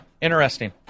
Interesting